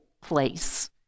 place